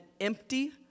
empty